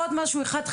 עוד משהו אחד,